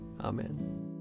Amen